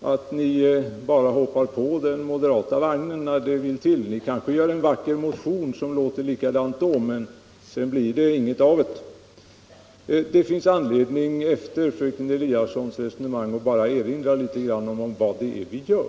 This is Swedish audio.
och hoppar på den moderata vagnen när det verkligen gäller. Ni kanske väcker en motion som låter lika vackert då men som det sedan inte blir något av. Efter fröken Eliassons resonemang finns det anledning att erinra om vad det är vi gör.